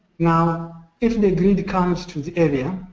now if the grid comes to the area,